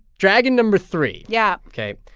dragon number three yeah ok.